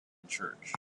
church